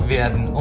werden